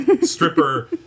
stripper